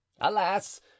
alas